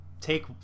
take